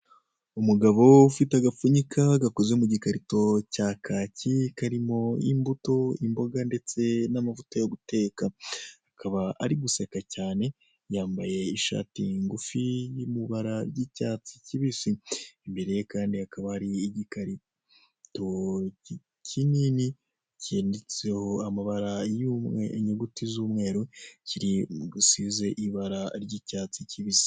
Umugabo ufite agapfunyika gakoze mu gikarito cya kaki karimo imbuto imboga ndetse n'amavuta yo guteka, akaba ari guseka cyane yambaye ishati ngufi yo mu ibara ry'icyatsi kibisi, imbere ye kandi hakaba hari igikarito kinini cyinditseho amabara y'umwe inyuguti z'umweru kiri size ibara ry'icyatsi kibisi.